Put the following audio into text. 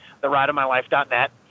therideofmylife.net